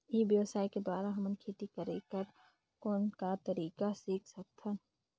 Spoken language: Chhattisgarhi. ई व्यवसाय के द्वारा हमन खेती करे कर कौन का तरीका सीख सकत हन?